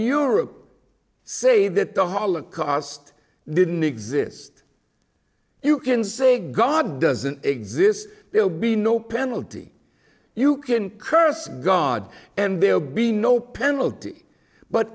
europe say that the holocaust didn't exist you can say god doesn't exist there will be no penalty you can curse god and there will be no penalty but